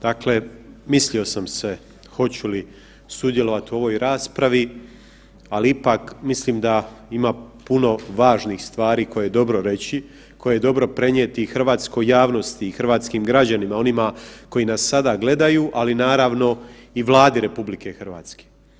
Dakle, mislio sam se hoću li sudjelovati u ovoj raspravi, ali ipak mislim da ima puno važnih stvari koje je dobro reći, koje je dobro prenijeti hrvatskoj javnosti i hrvatskim građanima onima koji nas sada gledaju, ali naravno i Vladi RH.